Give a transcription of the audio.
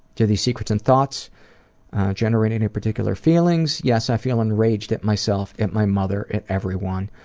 do these secrets and thoughts generate any particular feelings? yes, i feel enraged at myself, at my mother, at everyone.